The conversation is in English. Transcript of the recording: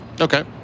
Okay